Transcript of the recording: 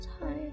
time